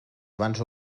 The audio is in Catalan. abans